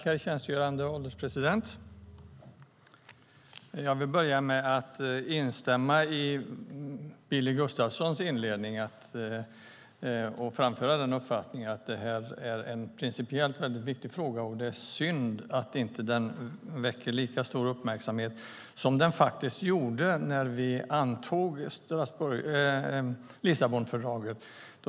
Herr ålderspresident! Jag vill börja med att instämma i det som Billy Gustafsson sade inledningsvis, att detta är en principiellt viktig fråga. Det är synd att den inte väcker lika stor uppmärksamhet nu som den gjorde när vi slöt Lissabonfördraget.